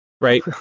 right